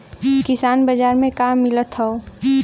किसान बाजार मे का मिलत हव?